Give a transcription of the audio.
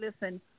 listen